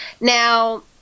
Now